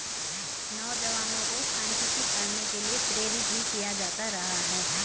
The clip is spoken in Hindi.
नौजवानों को सांख्यिकी पढ़ने के लिये प्रेरित भी किया जाता रहा है